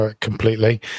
Completely